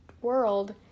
world